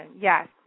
Yes